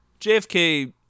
JFK